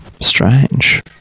Strange